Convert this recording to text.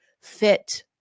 fit